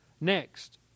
Next